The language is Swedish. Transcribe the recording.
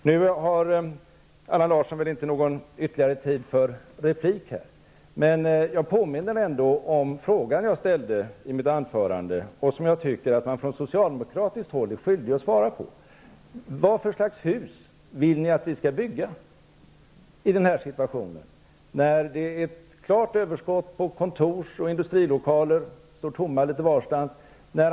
Nu har Allan Larsson inte någon ytterligare tid för replik, men jag påminner ändå om frågan som jag ställde i mitt anförande och som jag tycker att man från socialdemokratiskt håll är skyldig att svara på. Vad för slags hus vill ni att vi skall bygga i den här situationen, när det är ett klart överskott på kontorsoch industrilokaler? De står tomma litet varstans.